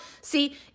See